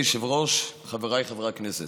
אדוני היושב-ראש, חבריי חברי הכנסת,